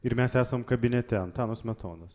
ir mes esam kabinete antano smetonos